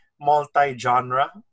multi-genre